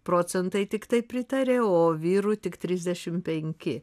procentai tiktai pritarė o vyrų tik trisdešim penki